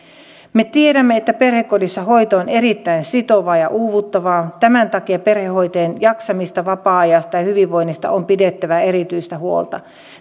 me tiedämme että perhekodissa hoito on erittäin sitovaa ja uuvuttavaa tämän takia perhehoitajien jaksamisesta vapaa ajasta ja hyvinvoinnista on pidettävä erityistä huolta